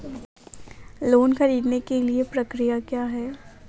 Loan ख़रीदने के लिए प्रक्रिया क्या है?